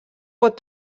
pot